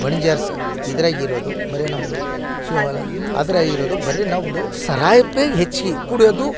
ಬಣ್ಜೇರ್ಸ್ ಇದ್ರಾಗ ಇರೋದು ಬರಿ ನಮ್ದು ಸೇವಲಾಲ್ ಅದ್ರಾಗ ಇರೋದು ಬರಿ ನಮ್ದು ಸಾರಾಯಿ ಕುಡಿಯೋದು